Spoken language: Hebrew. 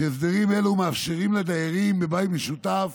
והסדרים אלו מאפשרים לדיירים בבית משותף